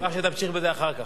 אבל אני אשמח שתמשיך בזה אחר כך.